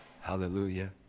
Hallelujah